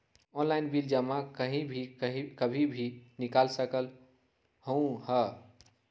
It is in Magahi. ऑनलाइन बिल जमा कहीं भी कभी भी बिल निकाल सकलहु ह?